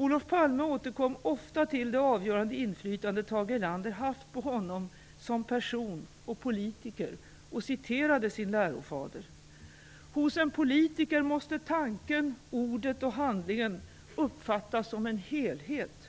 Olof Palme återkom ofta till det avgörande inflytande Tage Erlander haft på honom som person och politiker och citerade sin lärofader: "Hos en politiker måste tanken, ordet och handlingen uppfattas som en helhet.